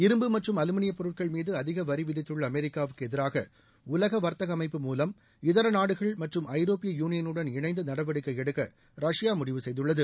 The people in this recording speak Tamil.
இரும்பு மற்றும் அலுமினியம் பொருட்கள் மீது அதிக வரி விதித்துள்ள அமெரிக்காவுக்கு எதிராக உலக வர்த்தக அமைப்பு மூலம் இதர நாடுகள் மற்றும ஐரோப்பிய யூளியனுடன் இணைந்து நடவடிக்கை எடுக்க ரஷ்யா முடிவு செய்துள்ளது